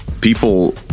people